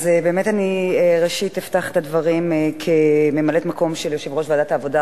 אז באמת אני ראשית אפתח את הדברים כממלאת-מקום של יושב-ראש ועדת העבודה,